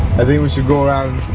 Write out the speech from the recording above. i think we should go around